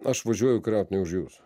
aš važiuoju kariaut ne už jus